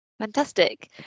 Fantastic